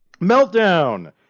Meltdown